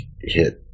hit